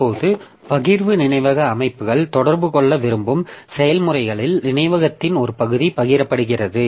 இப்போது பகிர்வு நினைவக அமைப்புகள் தொடர்பு கொள்ள விரும்பும் செயல்முறைகளில் நினைவகத்தின் ஒரு பகுதி பகிரப்படுகிறது